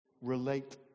relate